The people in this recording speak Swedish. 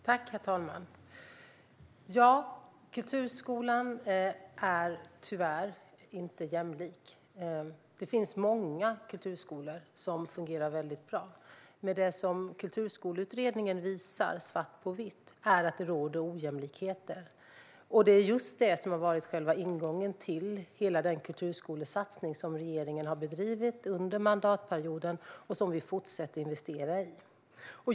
Herr talman! Kulturskolan är tyvärr inte jämlik. Det finns många kulturskolor som fungerar väldigt bra, men det som Kulturskoleutredningen visar svart på vitt är att det råder ojämlikheter. Det är det som har varit själva ingången till hela den kulturskolesatsning som regeringen har bedrivit under mandatperioden och som vi fortsätter att investera i.